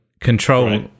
control